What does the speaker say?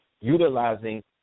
utilizing